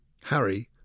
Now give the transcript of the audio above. Harry